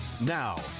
now